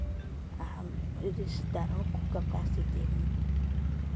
हम रिश्तेदारों को कपड़ा सिलती हूँ